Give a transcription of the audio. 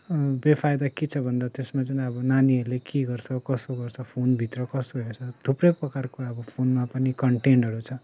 वेफाइदा के छ भन्दा त्यसमा चाहिँ अब नानीहरूले के गर्छ कसो गर्छ फोनभित्र कसो हेर्छ थुप्रै प्रकारको अब फोनमा पनि कन्टेनहरू छ